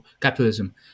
capitalism